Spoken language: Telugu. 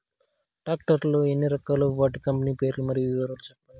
టాక్టర్ లు ఎన్ని రకాలు? వాటి కంపెని పేర్లు మరియు వివరాలు సెప్పండి?